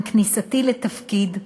עם כניסתי לתפקיד,